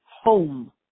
home